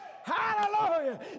Hallelujah